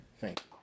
Thank